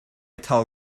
tell